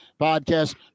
podcast